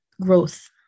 growth